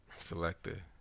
Selected